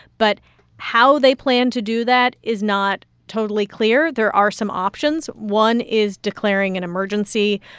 but how they plan to do that is not totally clear. there are some options. one is declaring an emergency,